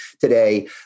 today